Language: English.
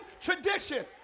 tradition